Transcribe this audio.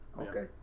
Okay